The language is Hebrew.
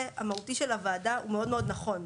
המהותי של המעבדה הוא מאוד-מאוד נכון.